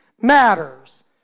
matters